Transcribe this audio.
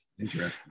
interesting